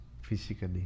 physically